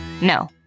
No